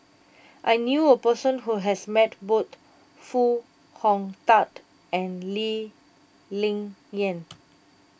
I knew a person who has met both Foo Hong Tatt and Lee Ling Yen